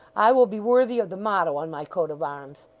i will be worthy of the motto on my coat of arms,